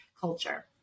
culture